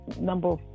number